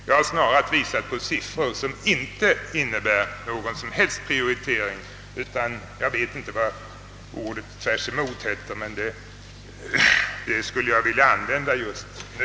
Jag har visat på siffror som inte innebär någon som helst prioritering, snarare tvärtom.